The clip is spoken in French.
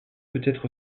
être